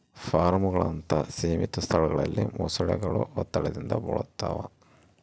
ಫಾರ್ಮ್ಗಳಂತಹ ಸೀಮಿತ ಸ್ಥಳಗಳಲ್ಲಿ ಮೊಸಳೆಗಳು ಒತ್ತಡದಿಂದ ಬಳಲ್ತವ